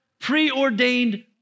preordained